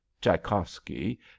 tchaikovsky